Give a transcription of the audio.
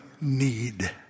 need